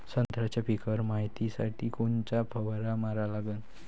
संत्र्याच्या पिकावर मायतीसाठी कोनचा फवारा मारा लागन?